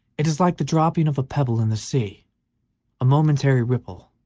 it is like the dropping of a pebble in the sea a momentary ripple,